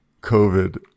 COVID